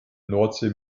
nordsee